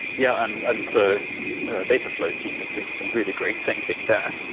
yeah. and and the dataflow team is doing some really great thinking there,